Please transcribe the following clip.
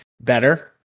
better